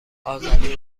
آذری